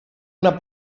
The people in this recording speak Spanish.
una